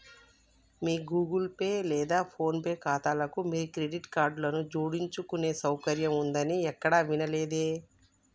మీ Google Pay లేదా PhonePe ఖాతాలకు మీ క్రెడిట్ కార్డులను జోడించుకునే సౌకర్యం ఉందని ఎక్కడా వినలేదే